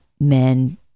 Men